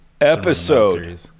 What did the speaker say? episode